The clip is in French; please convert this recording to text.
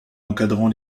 encadrant